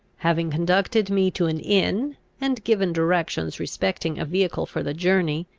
having conducted me to an inn, and given directions respecting a vehicle for the journey,